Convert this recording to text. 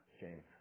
James